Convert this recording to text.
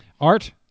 Art